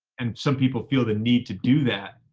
and some people feel the need to do that,